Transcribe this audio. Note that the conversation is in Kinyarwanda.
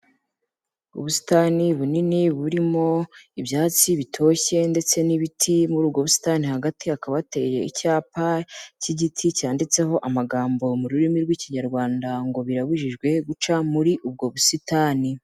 Ubusitani bunini burimo ibyatsi bitoshye ndetse n'ibiti, muri ubwo busitani hagati hakaba hateye icyapa cy'igiti cyanditseho amagambo mu rurimi rw'Ikinyarwanda ngo "birabujijwe guca muri ubwo busitani."